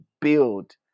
build